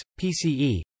PCE